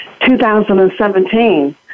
2017